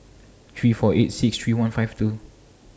three four eight six three one five two